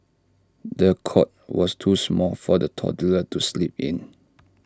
the cot was too small for the toddler to sleep in